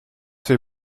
fait